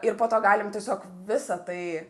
ir po to galim tiesiog visa tai